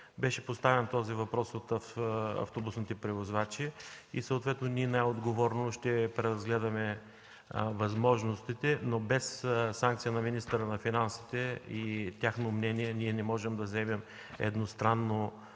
беше поставен този въпрос от автобусните превозвачи. Съответно ние най-отговорно ще преразгледаме възможностите, но без санкция на министъра на финансите и тяхно мнение ние не можем да вземем едностранно